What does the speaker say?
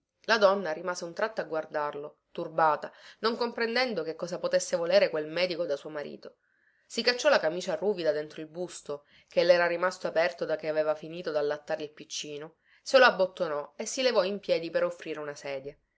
la donna rimase un tratto a guardarlo turbata non comprendendo che cosa potesse volere quel medico da suo marito si cacciò la camicia ruvida dentro il busto che le era rimasto aperto da che aveva finito dallattare il piccino se lo abbottonò e si levò in piedi per offrire una sedia